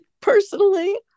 personally